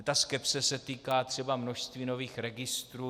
Ta skepse se týká třeba množství nových registrů.